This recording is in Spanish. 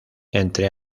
entre